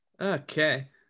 Okay